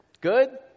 Good